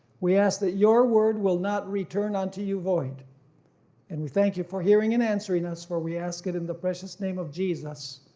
we ask that your word will not return unto you void and we thank you for hearing and answering us, for we ask it in the precious name of jesus,